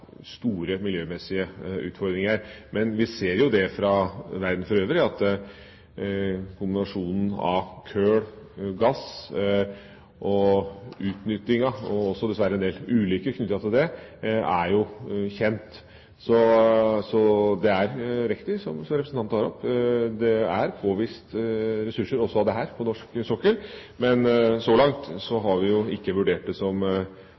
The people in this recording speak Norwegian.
store miljømessige utfordringer. Men vi ser jo i verden for øvrig at utnyttingen av kombinasjonen kull–gass er det dessverre en del ulykker knyttet til. Det er kjent. Så det er riktig som representanten sier, det er påvist slike ressurser også her på norsk sokkel, men så langt har vi ikke vurdert det som